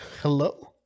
hello